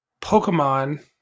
Pokemon